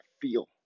feel